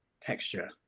texture